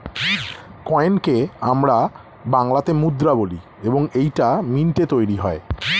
কয়েনকে আমরা বাংলাতে মুদ্রা বলি এবং এইটা মিন্টে তৈরী হয়